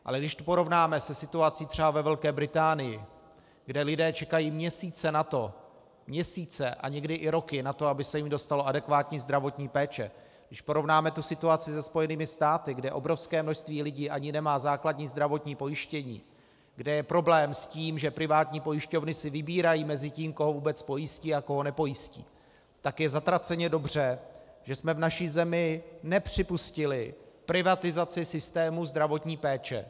Ale když to porovnáme třeba se situací ve Velké Británii, kde lidé čekají měsíce a někdy i roky na to, aby se jim dostalo adekvátní zdravotní péče, když porovnáme tu situaci se Spojenými státy, kde obrovské množství lidí ani nemá základní zdravotní pojištění, kde je problém s tím, že privátní pojišťovny si vybírají mezi tím, koho vůbec pojistí a koho nepojistí, je tedy zatraceně dobře, že jsme v naší zemi nepřipustili privatizaci systému zdravotní péče.